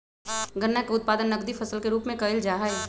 गन्ना के उत्पादन नकदी फसल के रूप में कइल जाहई